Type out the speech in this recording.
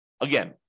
Again